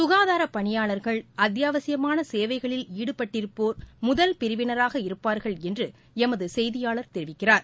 சுகாதார பணியாளர்கள் அத்தியாவசியமான சேவைகளில் ஈடுபட்டிருப்போர் முதல் பிரிவினராக இருப்பார்கள் என்று எமது செய்தியாளர் தெரிவிக்கிறார்